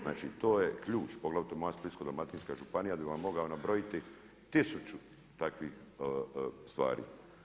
Znači to je ključ poglavito moja Splitsko-dalmatinska županija bi vam mogla nabrojiti tisuću takvih stvari.